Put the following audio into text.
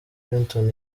clinton